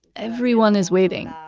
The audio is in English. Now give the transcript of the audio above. everyone is waiting.